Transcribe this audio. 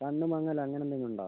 കണ്ണ് മങ്ങൽ അങ്ങനെ എന്തെങ്കിലും ഉണ്ടോ